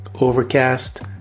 Overcast